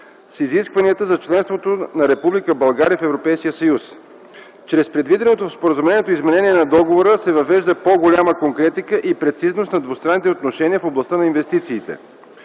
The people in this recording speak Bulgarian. с изискванията за членството на Република България в Европейския съюз. Чрез предвиденото в споразумението изменение на договора се въвежда по-голяма конкретика и прецизност на двустранните отношения в областта на инвестициите.